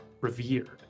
revered